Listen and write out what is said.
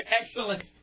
Excellent